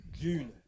June